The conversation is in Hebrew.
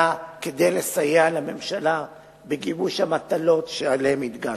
כדי לסייע לממשלה בגיבוש המטלות שהדגשתי.